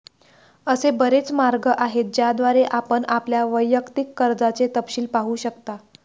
असे बरेच मार्ग आहेत ज्याद्वारे आपण आपल्या वैयक्तिक कर्जाचे तपशील पाहू शकता